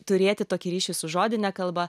turėti tokį ryšį su žodine kalba